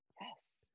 yes